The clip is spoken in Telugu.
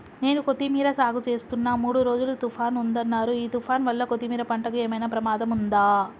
నేను కొత్తిమీర సాగుచేస్తున్న మూడు రోజులు తుఫాన్ ఉందన్నరు ఈ తుఫాన్ వల్ల కొత్తిమీర పంటకు ఏమైనా ప్రమాదం ఉందా?